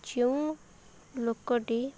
ଯେଉଁ ଲୋକଟି